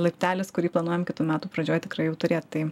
laiptelis kurį planuojam kitų metų pradžioj tikrai jau turėt